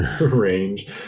range